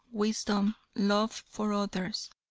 wisdom, love for others.